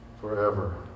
forever